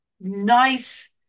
nice